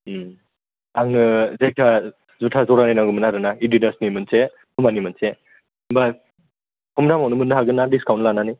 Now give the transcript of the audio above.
आंनो जायखिजाया जुथा जरानै नांगौमोन आरोना एदिदासनि मोनसे फुमानि मोनसे होनबा खम दामावनो मोननो हागोनना दिसकाउन्ट लानानै